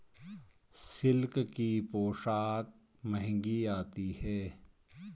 silk की पोशाक महंगी आती है